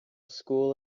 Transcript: school